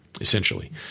essentially